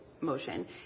motion